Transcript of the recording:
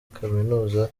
kaminuza